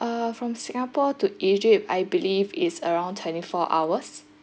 uh from singapore to egypt I believe is around twenty four hours